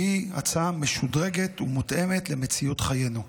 והיא הצעה משודרגת ומותאמת למציאות חיינו.